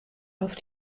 auf